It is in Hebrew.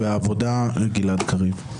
העבודה גלעד קריב.